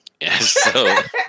Yes